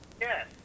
Yes